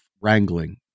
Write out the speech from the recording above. wrangling